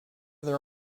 their